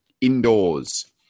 indoors